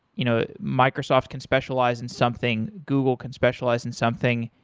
you know microsoft can specialize in something. google can specialize in something.